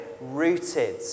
rooted